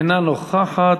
אינה נוכחת,